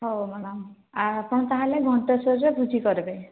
ହଉ ମ୍ୟାଡ଼ାମ୍ ଆପଣ ତା'ହେଲେ ଘଣ୍ଟେଶ୍ୱରିରେ ଭୁଜି କର୍ବେ